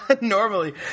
Normally